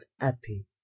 happy